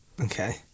Okay